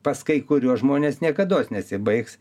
pas kai kuriuos žmonės niekados nesibaigs